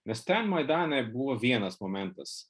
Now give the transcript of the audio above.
nes ten maidane buvo vienas momentas